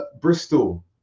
Bristol